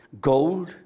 Gold